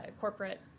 corporate